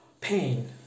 pain